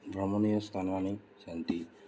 भ्रमणीयस्थानानि सन्ति